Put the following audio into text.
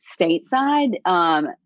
stateside